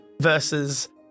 versus